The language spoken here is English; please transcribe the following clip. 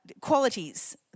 qualities